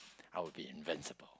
I would be invincible